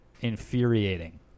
infuriating